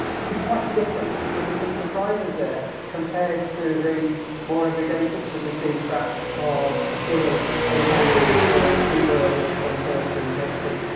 could be quite different, there could be some surprises there compared to the more everyday pictures we see perhaps of a seal entangled or a seabird or a turtle ingesting.